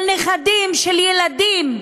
של נכדים, של ילדים,